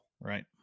Right